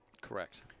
Correct